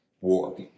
war